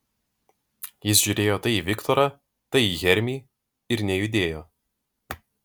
jis žiūrėjo tai į viktorą tai į hermį ir nejudėjo